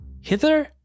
hither